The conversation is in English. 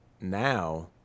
now